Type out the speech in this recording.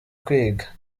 kwiga